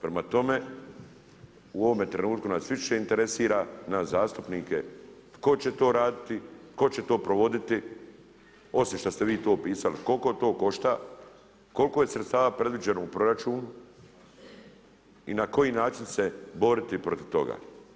Prema tome, u ovome trenutku nas više interesira, nas zastupnike tko će to raditi, tko će to provoditi osim što ste vi to pisali koliko to košta, koliko je sredstava predviđeno u proračunu i na koji način se boriti protiv toga.